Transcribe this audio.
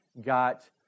Got